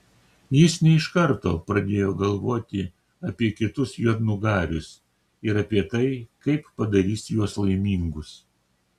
jis ne iš karto pradėjo galvoti apie kitus juodnugarius ir apie tai kaip padarys juos laimingus